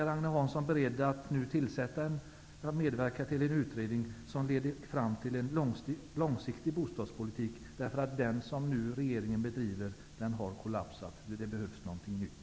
Är han nu beredd att medverka till en utredning som leder fram till en långsiktig bostadspolitik? Den bostadspolitik som regeringen nu bedriver har kollapsat, och det behövs någonting nytt.